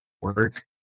work